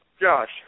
Josh